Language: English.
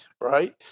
Right